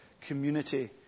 community